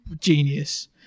genius